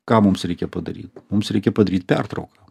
ką mums reikia padaryt mums reikia padaryt pertrauką